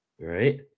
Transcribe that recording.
Right